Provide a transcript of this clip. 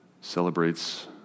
celebrates